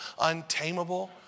untamable